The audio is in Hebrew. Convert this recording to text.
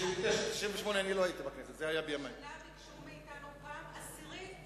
השנה ביקשו מאתנו פעם עשירית